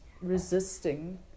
resisting